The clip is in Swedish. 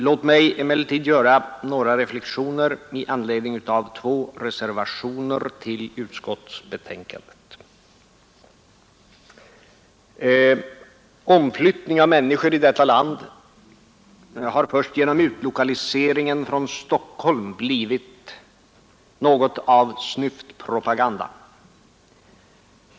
Låt mig emellertid göra några reflexioner med anledning av två reservationer till utskottsbetänkandet. Omflyttning av människor i detta land har först genom utlokaliseringen från Stockholm blivit något av ”snyftpropaganda”.